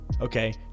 Okay